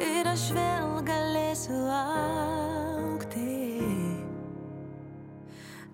ir aš galėsiu laukti